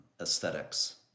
aesthetics